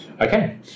Okay